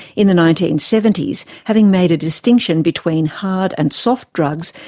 in the nineteen seventy s, having made a distinction between hard and soft drugs,